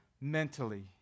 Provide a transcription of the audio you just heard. mentally